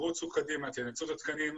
רוצו קדימה, תנצלו את התקנים.